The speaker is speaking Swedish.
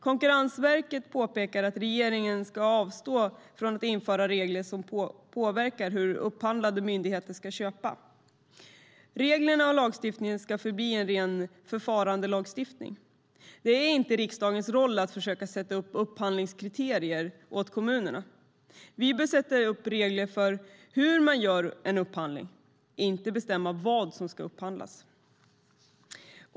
Konkurrensverket påpekar att regeringen ska avstå från att införa regler som påverkar hur upphandlande myndigheter ska köpa. Reglerna och lagstiftningen ska förbli en ren förfarandelagstiftning. Det är inte riksdagens roll att försöka sätta upp upphandlingskriterier åt kommunerna. Vi bör sätta upp regler för hur man gör en upphandling, inte bestämma vad som ska upphandlas.